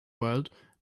world